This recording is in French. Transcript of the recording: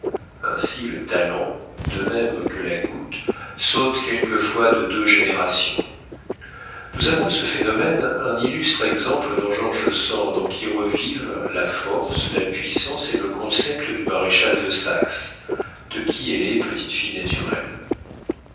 ainsi le talent de même que la goutte saute quelquefois de deux générations nous avons de ce phénomène un illustre exemple dans george sand en qui revivent la force la puissance et le concept du maréchal de saxe de qui elle est petite-fille naturelle